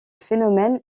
phénomène